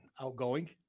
outgoing